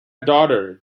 daughter